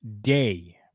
day